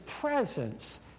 presence